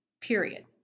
period